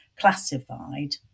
classified